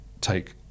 take